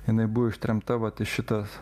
jinai buvo ištremta vat į šitas